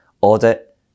audit